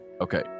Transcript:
Okay